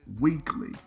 weekly